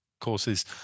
courses